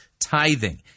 tithing